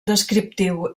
descriptiu